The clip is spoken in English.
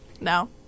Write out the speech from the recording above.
no